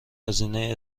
هزینه